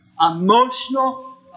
emotional